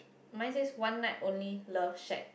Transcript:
mine says one night only love shack